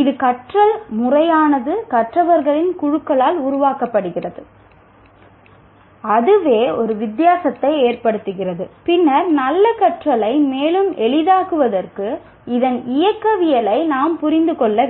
இந்த கற்றல் முறையானது கற்பவர்களின் குழுக்களால் உருவாக்கப்படுகிறது அதுவே ஒரு வித்தியாசத்தை ஏற்படுத்துகிறது பின்னர் நல்ல கற்றலை மேலும் எளிதாக்குவதற்கு இதன் இயக்கவியலை நாம் புரிந்து கொள்ள வேண்டும்